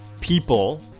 people